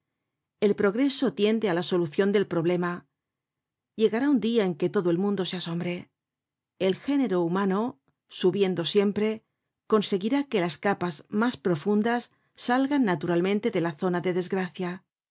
el progreso tiende á la solucion del problema llegará un dia en que todo el mundo se asombre el género humano subiendo siempre conseguirá que las capas mas profundas salgan naturalmente de la zona de desgracia